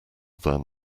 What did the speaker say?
than